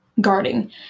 guarding